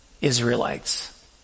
Israelites